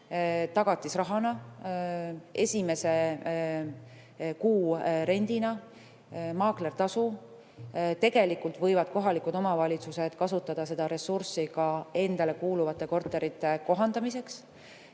tagatisrahaks, esimese kuu üüriks, maaklertasuks. Tegelikult võivad kohalikud omavalitsused kasutada seda ressurssi ka endale kuuluvate korterite kohandamiseks,